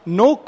no